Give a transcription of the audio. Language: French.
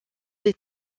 des